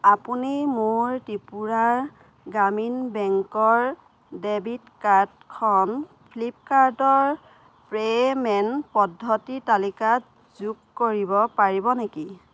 আপুনি মোৰ ত্ৰিপুৰা গ্ৰামীণ বেংকৰ ডেবিট কাৰ্ডখন ফ্লিপকাৰ্টৰ পে'মেণ্ট পদ্ধতিৰ তালিকাত যোগ কৰিব পাৰিব নেকি